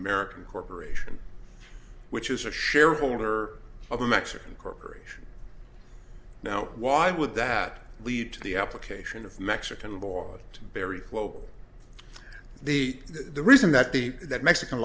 american corporation which is a shareholder of a mexican corporation now why would that lead to the application of mexican law that very well the the reason that the that mexican